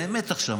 באמת עכשיו,